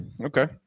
okay